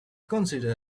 considered